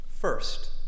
First